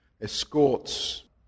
escorts